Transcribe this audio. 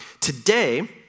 Today